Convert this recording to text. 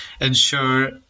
ensure